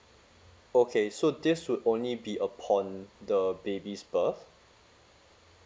okay so this would only be upon the baby's birth